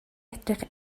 edrych